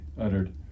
uttered